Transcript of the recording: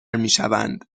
میشوند